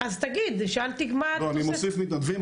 אני מוסיף מתנדבים,